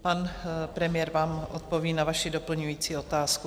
Pan premiér vám odpoví na vaši doplňující otázku.